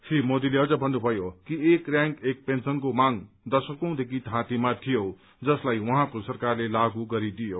श्री मोदीले भन्नुभयो कि एक रयांक एक पेन्शनको माग दशकौंदेखि थाँतीमा थियो जसलाई उहाँको सरकारले लागू गरिदियो